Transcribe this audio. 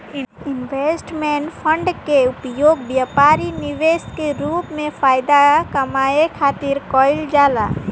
investment fund के उपयोग व्यापारी निवेश के रूप में फायदा कामये खातिर कईल जाला